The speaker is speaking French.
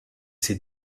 ses